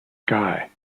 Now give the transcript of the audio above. sky